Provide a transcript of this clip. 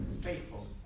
faithful